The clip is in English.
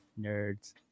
nerds